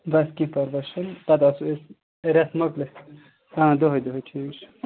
بَس کیٚنٛہہ پَرواے چھُنہٕ پَتہٕ آسو أسۍ رٮ۪تھ مۅکلِتھ آ دۄہَے دۄہَے ٹھیٖک چھُ